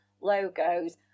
logos